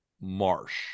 marsh